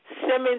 Simmons